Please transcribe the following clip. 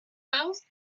baust